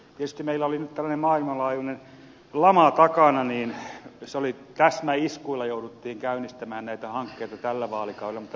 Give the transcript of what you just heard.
tietysti meillä oli nyt tällainen maailmanlaajuinen lama takana ja täsmäiskuilla jouduttiin käynnistämään näitä hankkeita tällä vaalikaudella